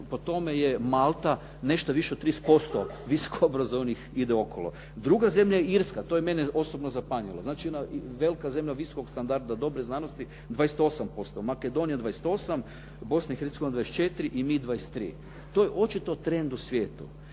po tome je Malta, nešto više od 30% visoko obrazovanih ide okolo. Druga zemlja je Irska, to je mene osobno zapanjilo. Znači, jedna velika zemlja visokog standarda, dobre znanosti, 28%, Makedonija 28, Bosna i Hercegovina 24 i mi 23. To je očito trend u svijetu.